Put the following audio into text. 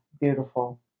Beautiful